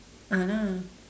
ah lah